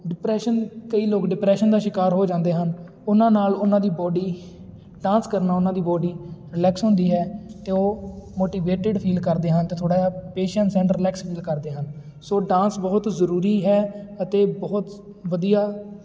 depression ਕਈ ਲੋਕ depression ਦਾ ਸ਼ਿਕਾਰ ਹੋ ਜਾਂਦੇ ਹਨ ਉਹਨਾਂ ਨਾਲ ਉਹਨਾਂ ਦੀ ਬੋਡੀ ਡਾਂਸ ਕਰਨਾ ਉਹਨਾਂ ਦੀ ਬੋਡੀ ਰਿਲੈਕਸ ਹੁੰਦੀ ਹੈ ਅਤੇ ਉਹ ਮੋਟੀਵੇਟਿਡ ਫੀਲ ਕਰਦੇ ਹਨ ਅਤੇ ਥੋੜ੍ਹਾ ਜਿਹਾ ਪੇਸ਼ੈਂਸ ਐਂਡ ਰਿਲੈਕਸ ਫੀਲ ਕਰਦੇ ਹਨ ਸੋ ਡਾਂਸ ਬਹੁਤ ਜ਼ਰੂਰੀ ਹੈ ਅਤੇ ਬਹੁਤ ਵਧੀਆ